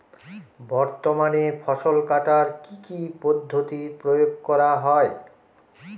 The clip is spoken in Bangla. বর্তমানে ফসল কাটার কি কি পদ্ধতি প্রয়োগ করা হয়?